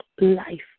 life